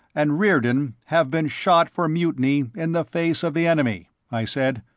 and reardon have been shot for mutiny in the face of the enemy, i said.